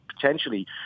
potentially